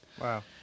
Wow